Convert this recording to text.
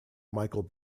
michael